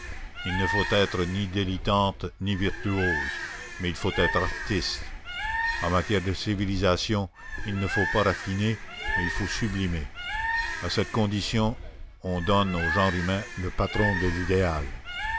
il ne faut être ni dilettante ni virtuose mais il faut être artiste en matière de civilisation il ne faut pas raffiner mais il faut sublimer à cette condition on donne au genre humain le patron de l'idéal